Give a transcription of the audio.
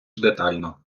детально